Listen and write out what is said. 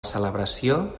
celebració